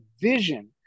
vision